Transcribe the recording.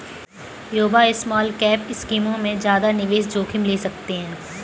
युवा स्मॉलकैप स्कीमों में ज्यादा निवेश जोखिम ले सकते हैं